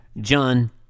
John